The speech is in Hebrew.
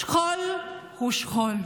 שכול הוא שכול,